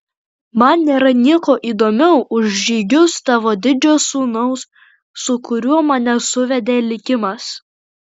man nėra nieko įdomiau už žygius tavo didžio sūnaus su kuriuo mane suvedė likimas